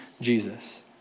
Jesus